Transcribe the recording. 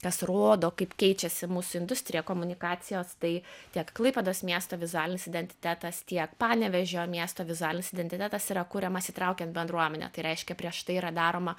kas rodo kaip keičiasi mūsų industrija komunikacijos tai tiek klaipėdos miesto vizualinis identitetas tiek panevėžio miesto vizualinis identitetas yra kuriamas įtraukiant bendruomenę tai reiškia prieš tai yra daroma